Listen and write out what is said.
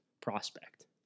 prospect